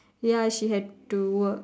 ya she had to work